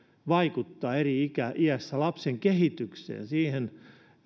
vaikuttaa eri iässä iässä lapsen kehitykseen siihen